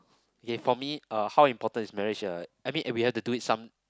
okay for me uh how important is marriage uh I mean and we have to do it some